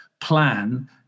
plan